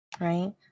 right